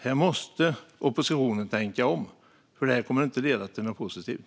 Här måste oppositionen tänka om, för detta kommer inte att leda till någonting positivt.